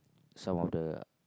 some of the